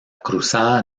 cruzada